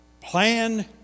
Plan